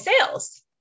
sales